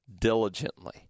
diligently